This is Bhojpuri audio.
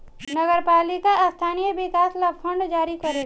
नगर पालिका स्थानीय विकास ला बांड जारी करेले